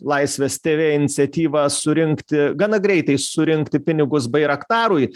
laisvės tv iniciatyvą surinkti gana greitai surinkti pinigus bairaktarui